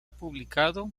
publicado